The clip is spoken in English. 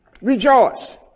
Rejoice